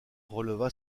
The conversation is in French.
releva